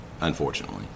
unfortunately